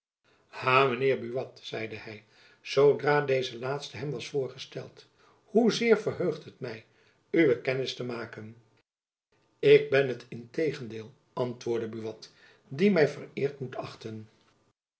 mijn heer buat zeide hy zoodra deze laatste hem was voorgesteld hoezeer verheugt het my uwe kennis te maken ik ben het in tegendeel antwoordde buat die my vereerd moet achten